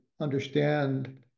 understand